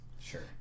Sure